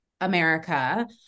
America